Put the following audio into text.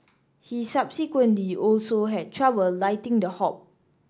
he subsequently also had trouble lighting the hob